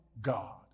God